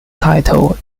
title